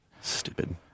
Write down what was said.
Stupid